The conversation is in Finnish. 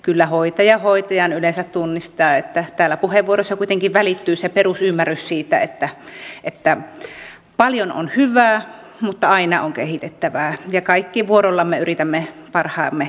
kyllä hoitaja hoitajan yleensä tunnistaa täällä puheenvuoroissa kuitenkin välittyy se perusymmärrys siitä että paljon on hyvää mutta aina on kehitettävää ja kaikki vuorollamme yritämme parhaamme siihen tuoda